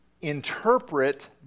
interpret